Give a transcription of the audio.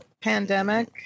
Pandemic